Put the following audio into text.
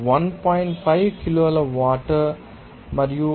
5 కిలోల వాటర్ మరియు అక్కడ 1